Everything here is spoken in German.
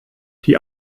die